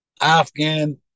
Afghan